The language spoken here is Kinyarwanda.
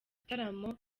gitaramo